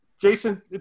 Jason